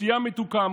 שתייה מתוקה,